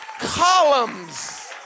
columns